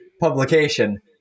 publication